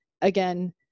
again